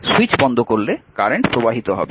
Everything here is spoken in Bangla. সুইচ বন্ধ করলে কারেন্ট প্রবাহিত হবে